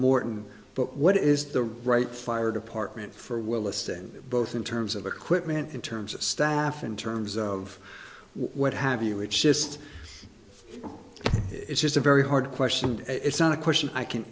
morton but what is the right fire department for will listing both in terms of equipment in terms of staff in terms of what have you it's just it's just a very hard question and it's not a question i can